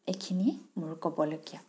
এইখিনিয়ে মোৰ ক'বলগীয়া